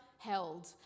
Held